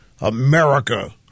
America